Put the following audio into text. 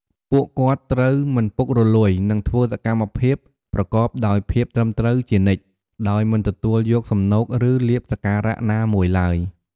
ពួកគាត់ត្រូវ មិនពុករលួយ និង ធ្វើសកម្មភាពប្រកបដោយភាពត្រឹមត្រូវ ជានិច្ច ដោយមិនទទួលយកសំណូក ឬលាភសក្ការៈណាមួយឡើយ។